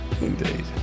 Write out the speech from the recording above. Indeed